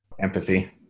Empathy